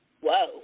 whoa